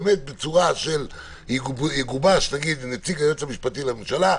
בצורה שיגובש נגיד עם נציג היועץ המשפטי לממשלה,